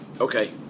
Okay